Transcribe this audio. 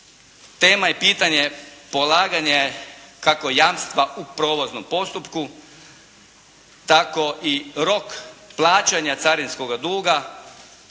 tema i pitanje polaganje kako jamstva u provoznom postupku, tako i rok plaćanja carinskoga duga,